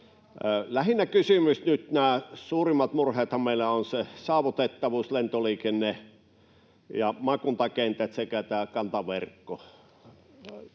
Lähinnä kysymys on nyt se, että nämä suurimmat murheethan meillä ovat saavutettavuus, lentoliikenne ja maakuntakentät sekä tämä kantaverkko.